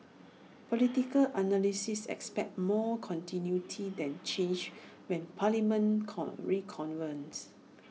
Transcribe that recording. political analysts expect more continuity than change when parliament con reconvenes